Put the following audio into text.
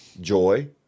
joy